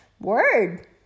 Word